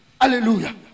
hallelujah